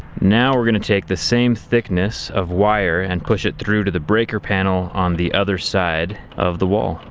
now we're going to take the same thickness of wire and push it through to the breaker panel on the other side of the wall.